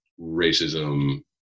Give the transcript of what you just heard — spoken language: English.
racism